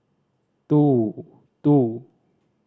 two two